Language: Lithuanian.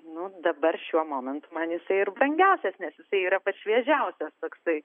nu dabar šiuo momentu man jis ir brangiausias nes jisai yra pats šviežiausias toksai